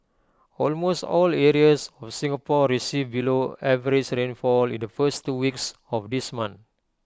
almost all areas of Singapore received below average rainfall in the first two weeks of this month